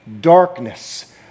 darkness